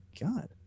God